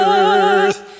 earth